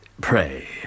pray